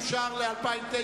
הסעיף אושר ל-2009.